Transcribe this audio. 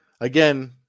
again